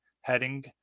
heading